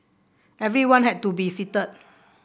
everyone had to be seated